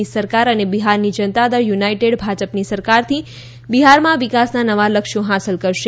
ની સરકાર અને બિહારની જનતા દળ યુનાઇટેડ ભાજપની સરકારથી બિહારમાં વિકાસના નવા લક્ષયો હાંસલ કરશે